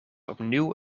opnieuw